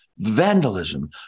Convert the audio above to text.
vandalism